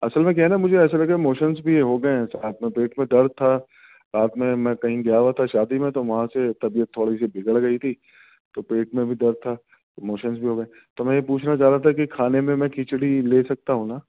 اصل میں کیا ہے نا مجھے ایسا لگ رہا ہے موشنس بھی ہو گئے ہیں ساتھ میں پیٹ میں درد تھا رات میں میں کہیں گیا ہُوا تھا شادی میں تو وہاں سے طبیعت تھوڑی سی بگڑ گئی تھی تو پیٹ میں بھی درد تھا موشنس بھی ہو گئے تو میں یہ پوچھنا چاہ رہا تھا کہ کھانے میں میں کھچڑی لے سکتا ہوں نا